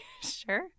Sure